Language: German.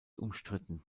umstritten